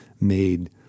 made